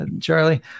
Charlie